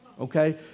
okay